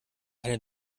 eine